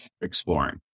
exploring